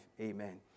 Amen